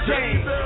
James